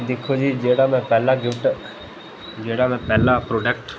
दिक्खो जी जेह्ड़ा में पैह्ला गिफ्ट जेह्ड़ा ते पैह्ला प्रोडक्ट